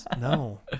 No